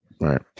Right